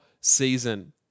season